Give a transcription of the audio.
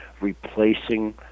replacing